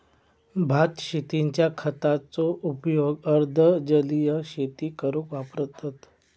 भात शेतींच्या खताचो उपयोग अर्ध जलीय शेती करूक वापरतत